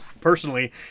personally